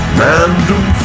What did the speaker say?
random